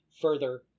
further